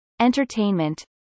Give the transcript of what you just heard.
entertainment